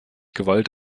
gewalt